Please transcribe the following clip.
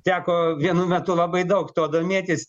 teko vienu metu labai daug tuo domėtis